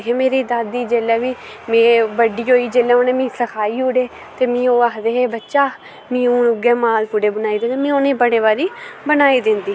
मेरी दादी जेल्लै बी नें बड्डी होई जेल्लै मिगी उनें सखाई ओड़े मिगी ओहे आक्खदे हे बच्चा मिगी हुन उऐ मालपुड़े बनाई दे नैं बड़े बारी बनाई दिंदी ही